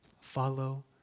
Follow